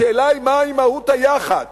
השאלה היא מה מהות היחד